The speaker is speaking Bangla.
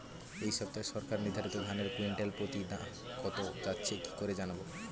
এই সপ্তাহে সরকার নির্ধারিত ধানের কুইন্টাল প্রতি দাম কত যাচ্ছে কি করে জানবো?